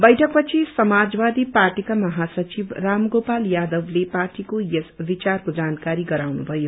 बैठक पछि समाजवादी पार्टीका महासचिव रामगोपाल यादक्ले पार्टीको यस विचारको जानकारी गराउनु भयो